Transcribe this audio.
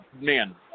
man